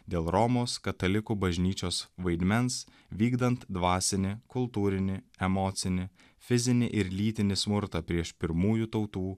dėl romos katalikų bažnyčios vaidmens vykdant dvasinį kultūrinį emocinį fizinį ir lytinį smurtą prieš pirmųjų tautų